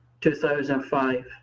2005